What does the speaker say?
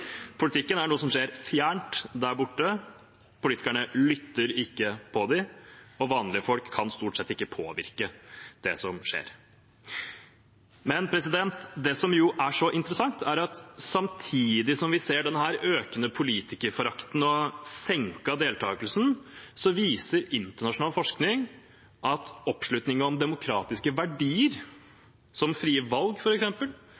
er noe som skjer fjernt der borte, politikerne lytter ikke til dem, og vanlige folk kan stort sett ikke påvirke det som skjer. Det som er så interessant, er at samtidig som vi ser denne økende politikerforakten og senkede deltakelsen, viser internasjonal forskning at oppslutningen om demokratiske